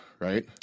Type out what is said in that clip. right